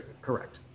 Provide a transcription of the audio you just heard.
Correct